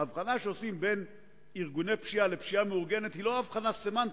ההבחנה שעושים בין ארגוני פשיעה לפשיעה מאורגנת היא לא הבחנה סמנטית,